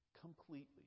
Completely